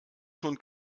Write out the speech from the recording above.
schon